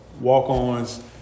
Walk-Ons